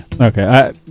okay